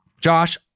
Josh